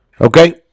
Okay